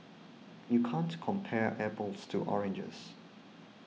you can't compare apples to oranges